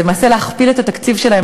זה למעשה להכפיל את התקציב שלהם,